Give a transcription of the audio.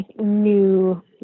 new